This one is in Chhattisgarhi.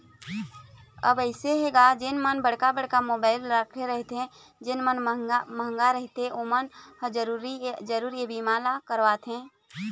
अब अइसे हे गा जेन मन ह बड़का बड़का मोबाइल रखे रहिथे जेन मन ह मंहगा रहिथे ओमन ह जरुर ये बीमा ल करवाथे